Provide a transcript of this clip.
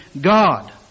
God